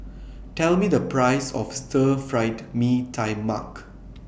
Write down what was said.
Tell Me The Price of Stir Fried Mee Tai Mak